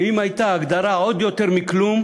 ואם הייתה הגדרה שהיא עוד יותר מכלום,